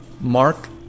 Mark